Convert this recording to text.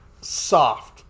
soft